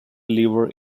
believer